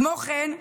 כמו כן,